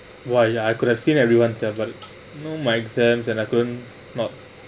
!wah! ya I could have seen everyone there but no makes sense and I couldn't not